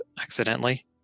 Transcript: accidentally